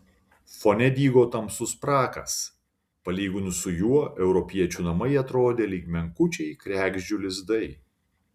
fone dygo tamsus prakas palyginus su juo europiečių namai atrodė lyg menkučiai kregždžių lizdai